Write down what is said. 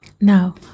now